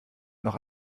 noch